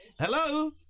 Hello